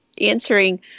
answering